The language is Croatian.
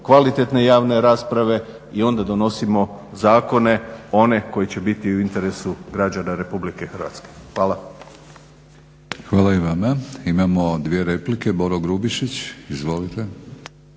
kvalitetne javne rasprave i onda donosimo zakone, one koji će biti u interesu građana Republike Hrvatske. Hvala. **Batinić, Milorad (HNS)** Hvala i vama. Imamo dvije replike. Boro Grubišić, izvolite.